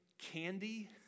candy